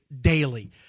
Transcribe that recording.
daily